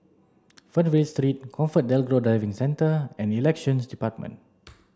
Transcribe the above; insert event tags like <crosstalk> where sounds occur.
Fernvale Three ComfortDelGro Driving Centre and Elections Department <noise>